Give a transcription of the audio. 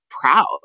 proud